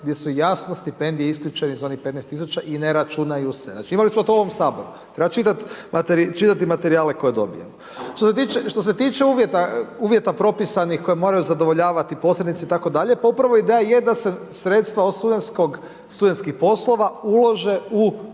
gdje su jasno stipendije isključene iz onih 15 tisuća i ne računaju se. Znači imali smo to u ovom Saboru, treba čitati materijale koje dobijemo. Što se tiče uvjeta propisanih koje moraju zadovoljavati posrednici itd., pa upravo ideja je da se sredstva od studentskih poslova ulože u